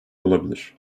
olabilir